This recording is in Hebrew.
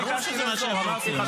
ברור שזה מה שהם רוצים,